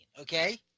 okay